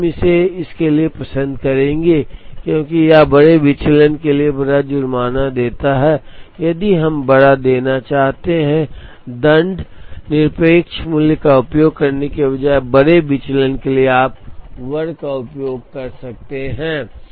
इसलिए हम इसे इसके लिए पसंद करेंगे क्योंकि यह बड़े विचलन के लिए बड़ा जुर्माना देता है इसलिए यदि हम बड़ा देना चाहते हैं दंड निरपेक्ष मूल्य का उपयोग करने के बजाय बड़े विचलन के लिए आप वर्ग का उपयोग कर सकते हैं